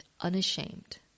unashamed